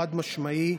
חד-משמעית,